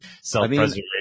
Self-preservation